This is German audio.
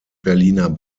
berliner